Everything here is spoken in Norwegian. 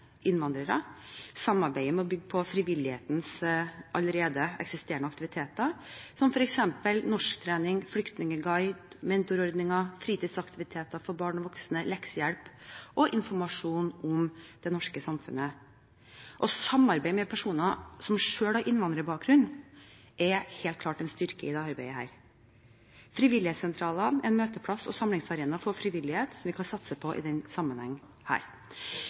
innvandrere. Samarbeidet må bygge på frivillighetens allerede eksisterende aktiviteter, som f.eks. norsktrening, flyktningguide, mentorordninger, fritidsaktiviteter for barn og voksne, leksehjelp og informasjon om det norske samfunnet. Det å samarbeide med personer som selv har innvandrerbakgrunn, er helt klart en styrke i dette arbeidet. Frivillighetssentralene er en møteplass og samlingsarena for frivillighet, som vi kan satse på i